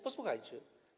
Posłuchajcie.